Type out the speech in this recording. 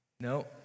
No